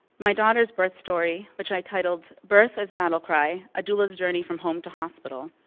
my daughter's birth story, which i've titled birth as battlecry a doula's journey from home to hospital,